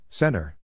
Center